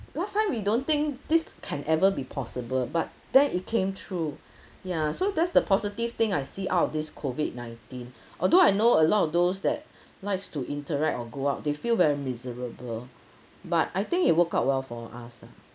last time we don't think this can ever be possible but then it came true ya so that's the positive thing I see out of this COVID nineteen although I know a lot of those that likes to interact or go out they feel very miserable but I think it work out well for us ah